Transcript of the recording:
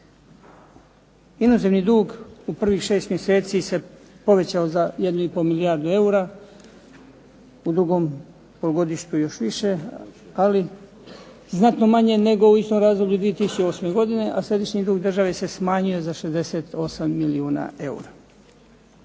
Inozemni dug u prvih šest mjeseci se povećao za 1,5 milijardu eura, u drugom polugodištu još više ali znatno manje nego u istom razdoblju 2008. godine a središnji dug države se smanjio za 68 milijuna eura.